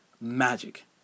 magic